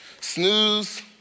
snooze